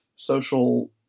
social